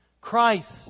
Christ